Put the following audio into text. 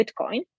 Bitcoin